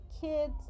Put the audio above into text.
kids